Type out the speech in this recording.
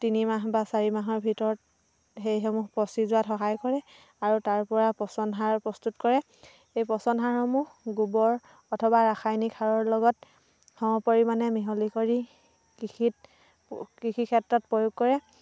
তিনি মাহ বা চাৰি মাহৰ ভিতৰত সেইসমূহ পঁচি যোৱাত সহায় কৰে আৰু তাৰ পৰা পচন সাৰ প্ৰস্তুত কৰে সেই পচন সাৰসমূহ গোবৰ অথবা ৰাসায়নিক সাৰৰ লগত সম পৰিমাণে মিহলি কৰি কৃষিত কৃষি ক্ষেত্ৰত প্ৰয়োগ কৰে